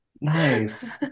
Nice